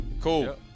Cool